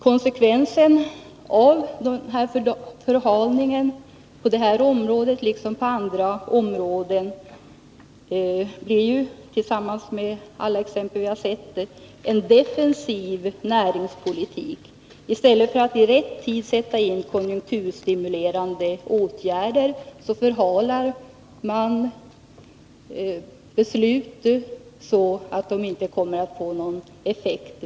Konsekvenserna av förhalningen på det här området liksom på andra områden blir, tillsammans med alla exempel jag sett, en defensiv näringspolitik. I stället för att i rätt tid sätta in konjunkturstimulerande åtgärder, 45 förhalar man beslutet så att de inte kommer att få någon effekt.